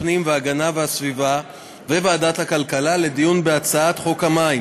הפנים והגנת הסביבה וועדת הכלכלה לדיון בהצעת חוק המים